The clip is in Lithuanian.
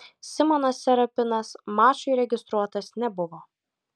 simonas serapinas mačui registruotas nebuvo